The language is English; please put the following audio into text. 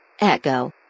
Echo